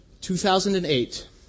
2008